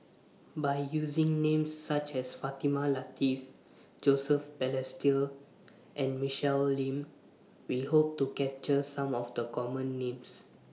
By using Names such as Fatimah Lateef Joseph Balestier and Michelle Lim We Hope to capture Some of The Common Names